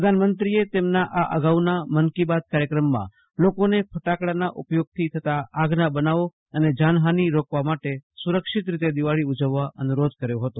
પ્રધાનમંત્રીએ તેમના આ અંગાઉનાં મન કી બાત કાર્યક્રમમાં લોકોને ફટાકડાનાં ઉપયોગ થી થતા આગનાં બનાવો અને જનફાની રોકવા માટે સુરક્ષિત રીતે દિવાળી ઉજવવા અનુરોધ કર્યો હતો